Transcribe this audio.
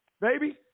Baby